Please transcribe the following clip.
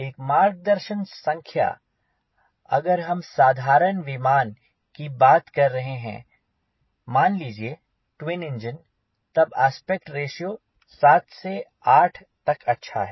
एक मार्गदर्शन संख्या अगर हम साधारण विमान की बात कर रहे हैं मान लीजिये ट्विन इंजन तब आस्पेक्ट रेश्यो 7 से 8 तक अच्छा है